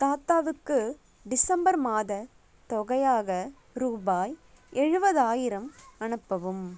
தாத்தாவுக்கு டிசம்பர் மாத தொகையாக ரூபாய் எழுபதாயிரம் அனுப்பவும்